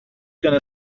gonna